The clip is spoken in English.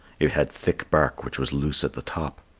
it had thick bark which was loose at the top.